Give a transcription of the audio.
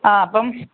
ആ അപ്പം